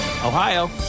Ohio